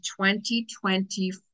2024